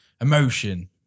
Emotion